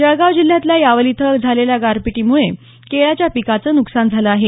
जळगाव जिल्ह्यतल्या यावल इथं झालेल्या गारपीटीमुळं केळाच्या पिकांचं नुकसान झालं आहे